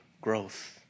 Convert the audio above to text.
growth